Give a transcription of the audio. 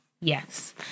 yes